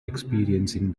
experiencing